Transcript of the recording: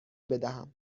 بدهم